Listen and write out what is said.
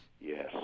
Yes